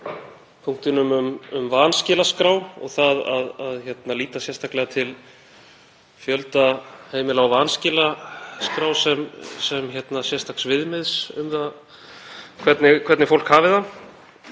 punktinn um vanskilaskrá og það að líta sérstaklega til fjölda heimila á vanskilaskrá sem sérstaks viðmiðs um það hvernig fólk hafi það.